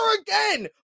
again